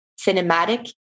cinematic